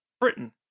Britain